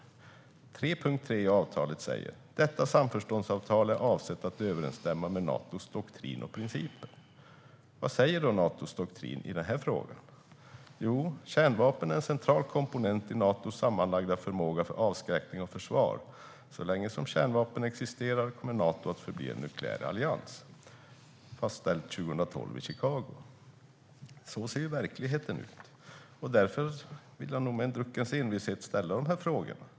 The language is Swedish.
I avsnitt 3.3 i avtalet står det: "Detta samförståndsavtal är avsett att överensstämma med Natos doktrin och principer." Vad säger då Natos doktrin och principer i denna fråga? Jo, där står det att kärnvapen är en central komponent i Natos sammanlagda förmåga för avskräckning och försvar. Så länge som kärnvapen existerar kommer Nato att förbli en nukleär allians. Detta fastställdes i Chicago 2012. Så ser verkligheten ut. Därför vill jag med en druckens envishet ändå ställa mina frågor.